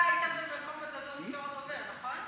אתה היית, בתור דובר, נכון?